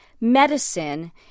medicine